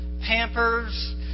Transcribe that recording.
pampers